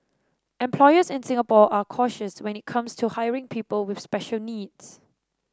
employers in Singapore are cautious when it comes to hiring people with special needs